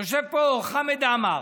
יושב פה חמד עמאר,